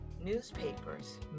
newspapers